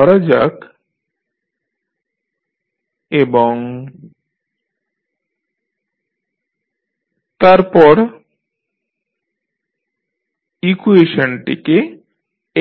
ধরা যাক x1titdt এবং x2tdx1dtit তারপর RitLdidt1Cidte ইকুয়েশনটিকে